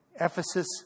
Ephesus